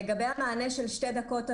לגבי המענה של שתי דקות,